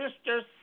sisters